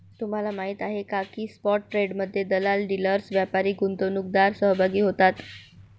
तुम्हाला माहीत आहे का की स्पॉट ट्रेडमध्ये दलाल, डीलर्स, व्यापारी, गुंतवणूकदार सहभागी होतात